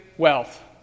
Wealth